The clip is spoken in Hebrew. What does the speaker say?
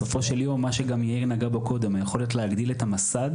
בסופו של יום מה שיאיר נגע בו קודם יכולת להגדיל את המסד,